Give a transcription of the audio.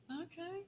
okay